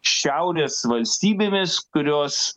šiaurės valstybėmis kurios